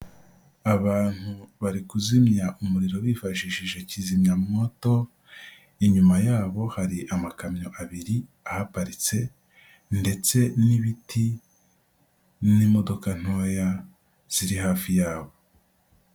Abantu bari kuzimya umuriro bifashishije kizimyamwoto, inyuma yabo hari amakamyo abiri ahaparitse ndetse n'ibiti n'imodoka ntoya ziri hafi yabo.